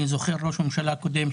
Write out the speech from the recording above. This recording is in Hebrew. אני זוכר ראש ממשלה קודם,